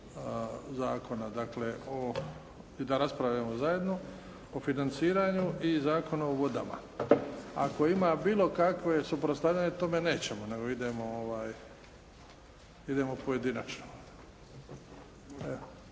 zakona dakle o, i da raspravljamo zajedno, o financiranju i Zakon o vodama. Ako ima bilo kakve suprotstavljanja tome nećemo nego idemo pojedinačno.